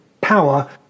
power